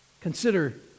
Consider